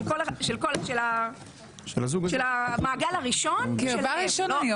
של המעגל הראשון שלהם,